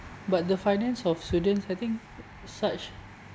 but the finance of students I think such